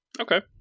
Okay